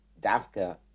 Davka